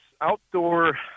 outdoor